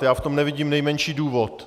Já v tom nevidím nejmenší důvod.